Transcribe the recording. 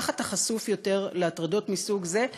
כך אתה חשוף יותר להטרדות מסוג זה,